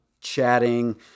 chatting